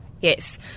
Yes